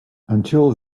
until